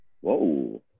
Whoa